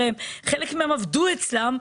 הרי חלק מן הפלסטינאים עבדו אצלם,